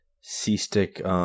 C-Stick